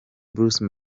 bruce